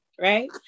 right